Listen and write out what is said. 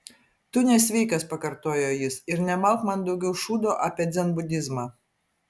tu nesveikas pakartojo jis ir nemalk man daugiau šūdo apie dzenbudizmą